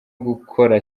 gukora